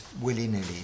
willy-nilly